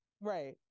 Right